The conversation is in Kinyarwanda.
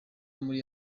muri